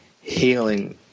healing